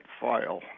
file